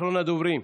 אחרון הדוברים,